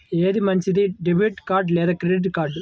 ఏది మంచిది, debit card లేదా క్రెడిట్ కార్డ్?